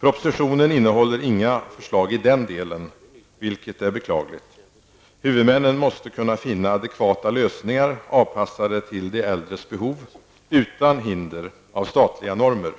Propositionen innehåller inga förslag i den delen, vilket är beklagligt. Huvudmännen måste kunna finna adekvata lösningar avpassade till de äldres behov, utan hinder av statliga normer.